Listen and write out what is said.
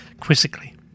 quizzically